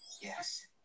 Yes